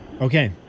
Okay